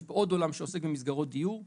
יש פה עוד עולם שעוסק במסגרות דיור בהמשך.